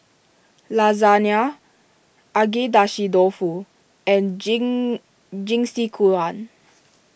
Lasagne Agedashi Dofu and Jing Jingisukan